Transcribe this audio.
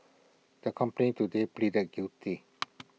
the company today pleaded guilty